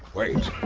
wait!